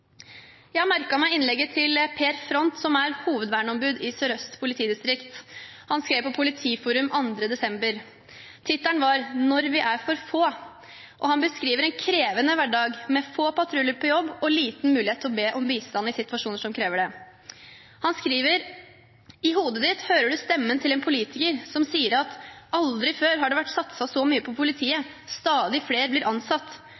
Jeg har merket meg innlegget til Per Fronth, som er hovedverneombud i Sør-Øst politidistrikt. Han skrev på Politiforum den 2. desember. Tittelen var «Når vi er for få», og han beskriver en krevende hverdag med få patruljer på jobb og liten mulighet til å be om bistand i situasjoner som krever det. Han skriver: «Og i hodet ditt hører du stemmen til en politiker som sier at «Aldri har det vært satset så mye på politiet – stadig flere blir ansatt».